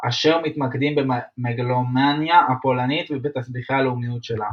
אשר מתמקדים במגלומניה הפולנית ובתסביכי הלאומיות שלה.